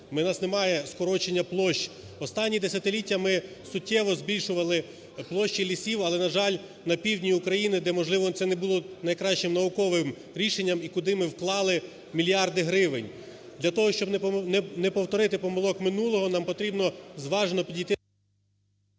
нас немає скорочення площ. Останнє десятиліття ми суттєво збільшували площі лісів, але, на жаль, на півдні України, де, можливо, це не було найкращим науковим рішенням, і куди ми вклали мільярди гривень. Для того, щоб не повторити помилок минулого, нам потрібно зважено підійти…